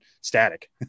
static